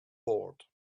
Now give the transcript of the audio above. board